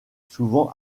souvent